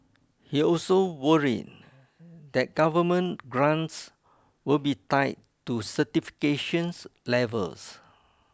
he also worried that government grants will be tied to certifications levels